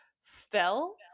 fell